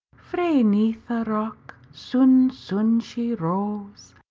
frae neath a rock, sune, sune she rose,